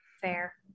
Fair